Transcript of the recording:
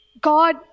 God